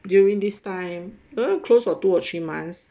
during this time don't know closed for two or three months